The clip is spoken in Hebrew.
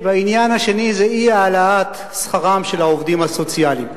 והעניין השני זה אי-העלאת שכרם של העובדים הסוציאליים.